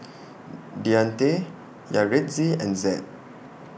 Deante Yaretzi and Zed